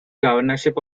governorship